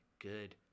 good